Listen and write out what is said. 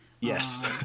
Yes